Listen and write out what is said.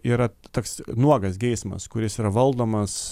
yra toks nuogas geismas kuris yra valdomas